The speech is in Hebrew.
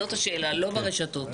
זאת השאלה, לא ברשתות.